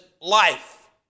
life